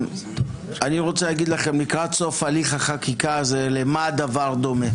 אני רוצה להגיד לכם לקראת סוף הליך החקיקה הזה למה הדבר דומה.